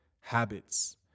habits